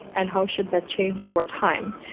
and how should that change over time?